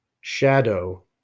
shadow